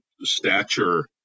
stature